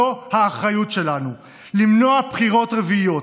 זו האחריות שלנו למנוע בחירות רביעיות,